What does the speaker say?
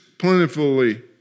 plentifully